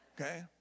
Okay